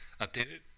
updated